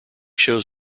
shows